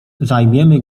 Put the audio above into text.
zajmiemy